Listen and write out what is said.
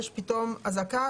פתאום יש אזעקה,